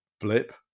blip